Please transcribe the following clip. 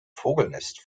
vogelnest